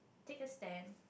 take a stand